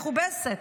מכובסת,